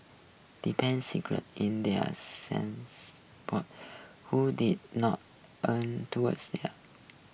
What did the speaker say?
depend secret in thier who did not lean towards there